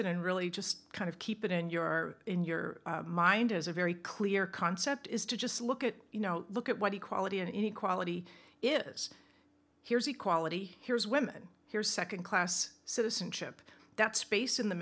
it and really just kind of keep it in your or in your mind is a very clear concept is to just look at you know look at what equality and inequality is here's equality here's women here's nd class citizenship that space in the